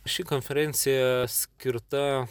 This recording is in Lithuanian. ši konferencija skirta